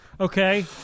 Okay